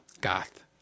goth